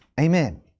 Amen